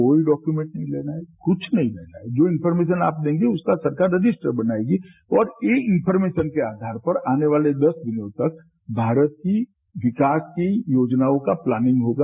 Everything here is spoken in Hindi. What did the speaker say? कोई डॉक्यूमेंट नहीं लेना है कुछ नहीं लेना है जो इंफोरमेशन आप देंगे उसका सरकार रजिस्टर बनाएगी और इस इंफोरमेशन के आधार पर आने वाले दस दिनों तक भारत की विकास की योजनाओं का प्लानिंग होगा